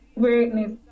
Greatness